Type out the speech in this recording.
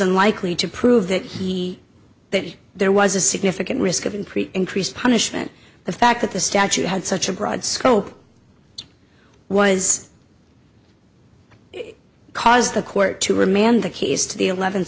unlikely to prove that he that there was a significant risk of increased increased punishment the fact that the statute had such a broad scope was cause the court to remand the case to the eleventh